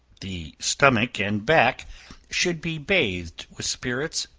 the stomach and back should be bathed with spirits,